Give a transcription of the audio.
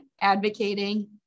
advocating